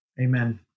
Amen